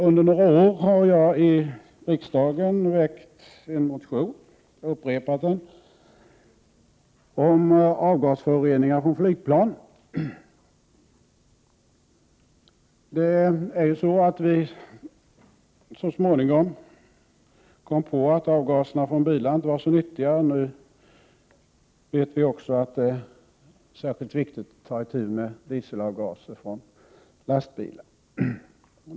Under några år har jag upprepade gånger väckt en motion i riksdagen om avgasföroreningarna från flygplan. Vi kom ju så småningom på att avgaserna från bilarna inte var så nyttiga. Nu vet vi också att det är särskilt viktigt att ta itu med dieselavgaser från lastbilar.